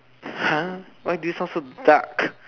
!huh! why this one so dark